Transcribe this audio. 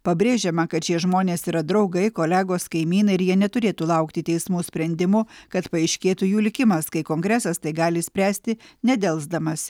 pabrėžiama kad šie žmonės yra draugai kolegos kaimynai jie neturėtų laukti teismų sprendimų kad paaiškėtų jų likimas kai kongresas tai gali išspręsti nedelsdamas